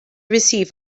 receive